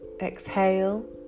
exhale